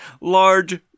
large